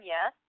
Yes